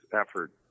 effort